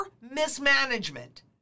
mismanagement